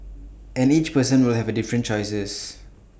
and each person will have different choices